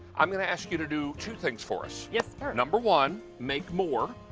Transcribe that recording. i am going to ask you to do two things for us yeah number one, make more.